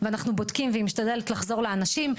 ואנחנו בודקים והיא משתדלת לחזור לאנשים.